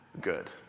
good